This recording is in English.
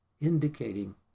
indicating